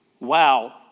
Wow